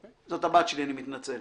אני רוצה ממך את זה